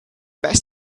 best